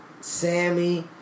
Sammy